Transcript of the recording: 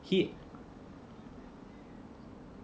he